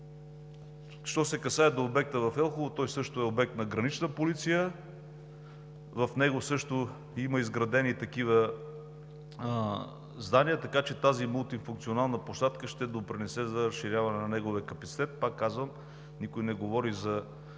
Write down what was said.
Що се касае до обекта в Елхово, той също е обект на Гранична полиция. В него има изградени такива здания, така че тази мултифункционална площадка ще допринесе за разширяване на неговия капацитет. Пак казвам, никой не говори за